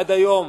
עד היום